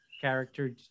character